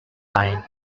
line